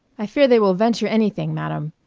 i fear they will venture any thing, madam.